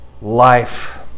life